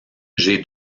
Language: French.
j’ai